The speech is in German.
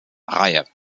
reihe